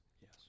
Yes